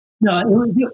No